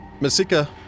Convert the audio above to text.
Masika